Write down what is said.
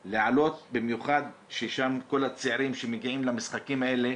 במיוחד ששם כל הצעירים שמגיעים למשחקים האלה,